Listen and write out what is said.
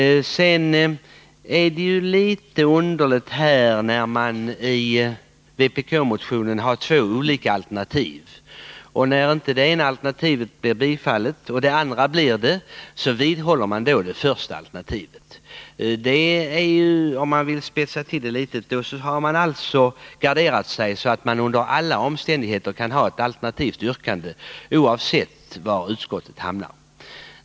Sedan är det ju litet underligt med de två alternativa yrkandena i vpk-motionen. När det ena inte blir biträtt av utskottet och det andra blir det, då vidhåller man det första alternativet. För att spetsa till det litet vill jag säga att då har man garderat sig så att man under alla omständigheter kan ha ett eget yrkande, oavsett var utskottet hamnar.